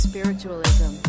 Spiritualism